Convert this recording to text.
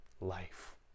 life